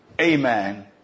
amen